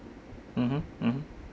mmhmm mmhmm